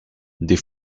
des